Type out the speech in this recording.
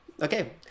Okay